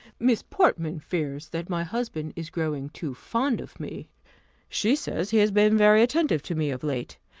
miss portman fears that my husband is growing too fond of me she says, he has been very attentive to me of late.